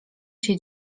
się